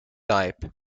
type